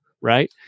right